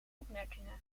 opmerkingen